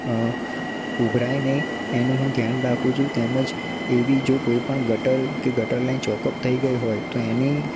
અ ઉભરાય નહીં એનું હું ધ્યાન રાખું છું તેમજ એ બી જો કોઈ પણ ગટર કે ગટર લાઈન ચૉકઅપ થઇ ગઈ હોય તો એની